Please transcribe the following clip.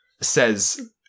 says